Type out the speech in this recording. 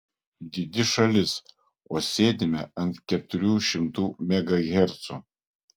didi šalis o sėdime ant keturių šimtų megahercų